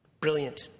brilliant